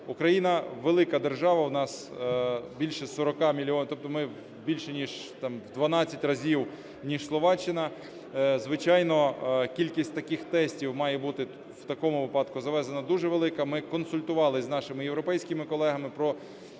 Україна - велика держава, у нас більше 40 мільйонів, тобто ми більше ніж в 12 разів, ніж Словаччина. Звичайно, кількість таких тестів має бути в такому випадку завезена дуже велика. ми консультувалися з нашими європейськими колегами про